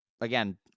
again